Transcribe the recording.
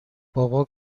بابا